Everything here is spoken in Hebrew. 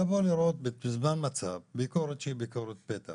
לבוא לראות בזמן מצב ביקורת שהיא ביקורת פתע